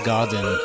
Garden